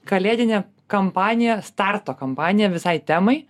kalėdinė kampanija starto kampanija visai temai